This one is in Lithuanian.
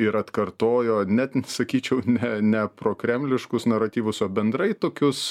ir atkartojo net sakyčiau ne ne prokremliškus naratyvus o bendrai tokius